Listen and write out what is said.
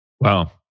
Wow